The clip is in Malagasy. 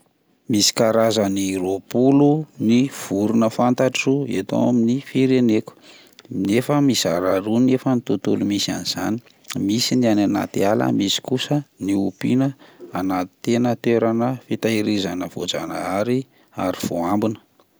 Misy karazany roapolo ny vorona fantatro eto amin'ny fireneko nefa mizara roa nefa ny tontolo misy an'izany misy ny any anaty ala, misy kosa ny ompiana anaty tena toerana fitahirizana voajanahary ary voahambina.